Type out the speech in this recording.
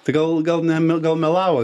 tai gal gal ne mel gal melavo